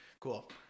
cool